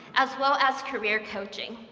as well as career coaching.